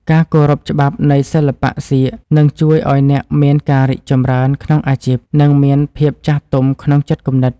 ការគោរពច្បាប់នៃសិល្បៈសៀកនឹងជួយឱ្យអ្នកមានការរីកចម្រើនក្នុងអាជីព និង មានភាពចាស់ទុំក្នុងចិត្តគំនិត។